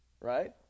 right